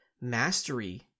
mastery